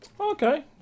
okay